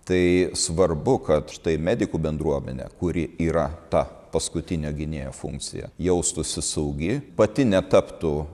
tai svarbu kad štai medikų bendruomenė kuri yra ta paskutinė gynėjo funkcija jaustųsi saugi pati netaptų